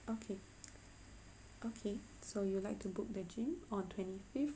okay okay so you would like to book the gym on twenty fifth